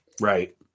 Right